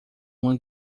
uma